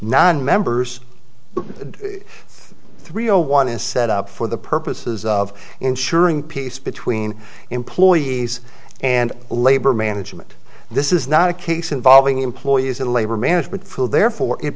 nonmembers the three zero one is set up for the purposes of ensuring peace between employees and labor management this is not a case involving employees in labor management field therefore it